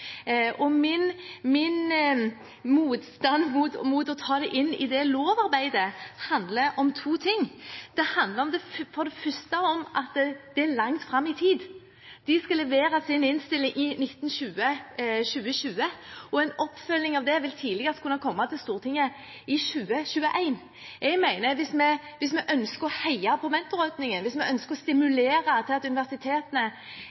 Min motstand mot å ta det inn i det lovarbeidet handler om to ting. Det handler for det første om at det er langt fram i tid. Det skal leveres en innstilling i 2020, og en oppfølging av det vil tidligst kunne komme til Stortinget i 2021. Jeg mener at hvis vi ønsker å heie på mentorordningen, hvis vi ønsker å